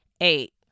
Eight